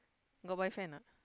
got boyfriend or not